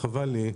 חבל לי מאוד.